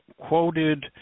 quoted